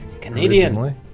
Canadian